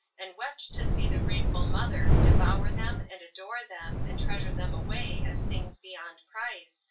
and wept to see the grateful mother devour them and adore them and treasure them away as things beyond price,